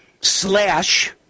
slash